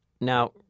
Now